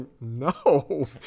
no